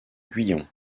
guyon